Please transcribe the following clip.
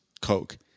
coke